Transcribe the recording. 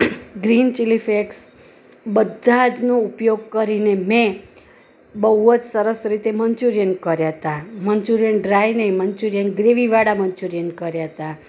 green chilli flakes બધા જ નો ઉપયોગ કરીને મેં બહુ જ સરસ રીતે મન્ચુરિયન કર્યા હતા મન્ચુરિયન ડ્રાય નહીં મન્ચુરિયન ગ્રેવીવાળા મન્ચુરિયન કર્યા હતા